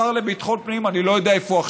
השר לביטחון פנים, אני לא יודע איפה הוא עכשיו,